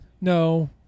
No